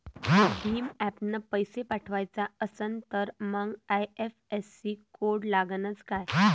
भीम ॲपनं पैसे पाठवायचा असन तर मंग आय.एफ.एस.सी कोड लागनच काय?